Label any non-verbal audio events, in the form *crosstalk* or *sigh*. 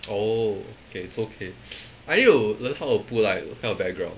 oh K it's okay *noise* I need to learn how to put like those kind of background